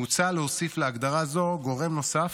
מוצע להוסיף להגדרה זו גורם נוסף,